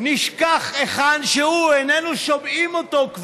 נשכח היכן שהוא, כבר איננו שומעים אותו.